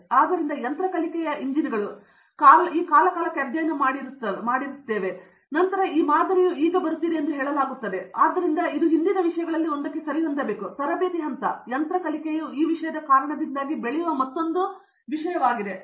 ಆದ್ದರಿಂದ ಯಂತ್ರ ಕಲಿಕೆ ಇಂಜಿನ್ಗಳು ಈ ಕಾಲಾವಧಿಯನ್ನು ಕಾಲಕಾಲಕ್ಕೆ ಅಧ್ಯಯನ ಮಾಡಿದ್ದವು ಮತ್ತು ನಂತರ ಈ ಮಾದರಿಯು ಈಗ ಬರುತ್ತಿದೆ ಎಂದು ಹೇಳಲಾಗುತ್ತದೆ ಆದ್ದರಿಂದ ಇದು ಹಿಂದಿನ ವಿಷಯಗಳಲ್ಲಿ ಒಂದಕ್ಕೆ ಸರಿಹೊಂದಬೇಕು ತರಬೇತಿ ಹಂತ ಯಂತ್ರ ಕಲಿಕೆಯು ಈ ವಿಷಯದ ಕಾರಣದಿಂದಾಗಿ ಬೆಳೆಯುವ ಮತ್ತೊಂದು ವಿಷಯವಾಗಿದೆ